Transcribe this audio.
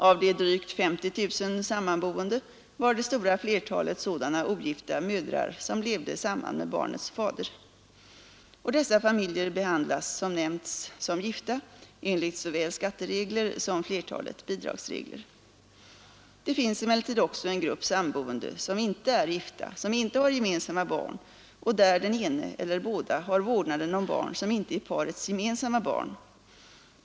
Av de drygt 50 000 sammanboende var det stora flertalet sådana ogifta mödrar som levde samman med barnets fader. Och dessa familjer behandlas som nämnts som gifta enligt såväl skatteregler som flertalet bidragsregler. Det finns emellertid också en grupp samboende som inte är gifta, som inte har gemensamma barn och där den ene — eller båda — har vårdnaden om barn som inte är parets gemensamma barn.